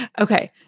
Okay